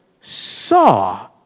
saw